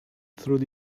through